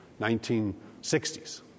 1960s